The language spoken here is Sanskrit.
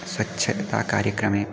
स्वच्छताकार्यक्रमे